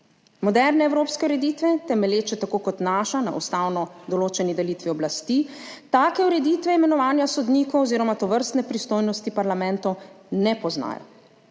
Moderne evropske ureditve, temelječe tako kot naša na ustavno določeni delitvi oblasti, take ureditve imenovanja sodnikov oziroma tovrstne pristojnosti parlamentov ne poznajo.